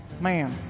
man